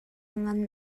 ngan